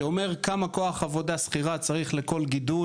שאומר כמה כוח עבודה שכירה צריך לכל גידול.